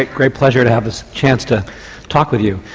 ah great pleasure to have this chance to talk with you.